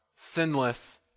sinless